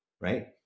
right